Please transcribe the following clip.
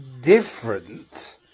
different